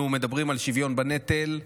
אנחנו מדברים על שוויון בנטל.